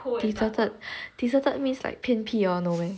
deserted deserted means like 偏僻 or no meh